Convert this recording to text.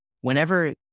whenever